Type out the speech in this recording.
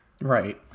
Right